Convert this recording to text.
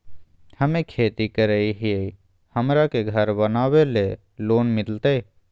हमे खेती करई हियई, हमरा के घर बनावे ल लोन मिलतई?